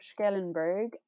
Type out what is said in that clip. Schellenberg